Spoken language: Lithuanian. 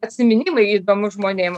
atsiminimai įdomu žmonėm